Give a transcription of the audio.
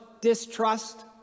distrust